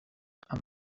amb